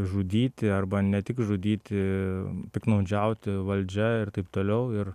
žudyti arba ne tik žudyti piktnaudžiauti valdžia ir taip toliau ir